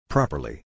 Properly